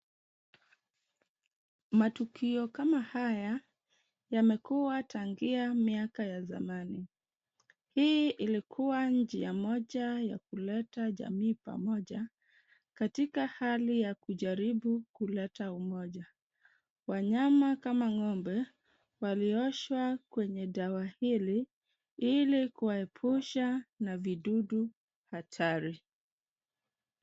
Matukio kama haya yamekuwa tangia miaka ya zamani. Hii ilikuwa njia moja ya kuleta jamii pamoja katika hali ya kujaribu kuleta umoja. Wanyama kama ng'ombe walioshwa kwenye dawa hili ili kuwaepusha na vidudu hatari.